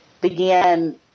began